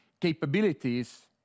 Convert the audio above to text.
Capabilities